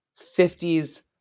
50s